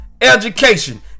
education